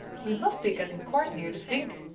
we must be getting quite near the vink,